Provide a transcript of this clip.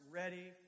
ready